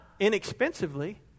Inexpensively